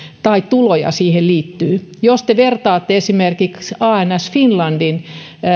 tai tuloja siihen liittyy jos te vertaatte esimerkiksi ans finlandin